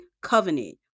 covenant